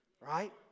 right